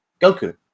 Goku